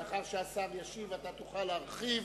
לאחר שהשר ישיב, תוכל להרחיב.